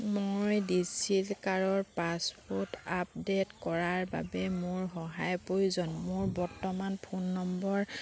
মোৰ ডিজি লকাৰৰ পাছৱৰ্ড আপডেট কৰাৰ বাবে মোক সহায়ৰ প্ৰয়োজন মোৰ বৰ্তমানৰ ফোন নম্বৰ